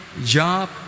job